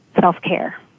self-care